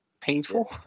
painful